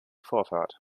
vorfahrt